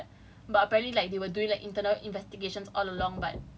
it took two weeks just to macam do something then that speaks a lot [what]